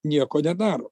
nieko nedaro